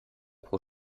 pro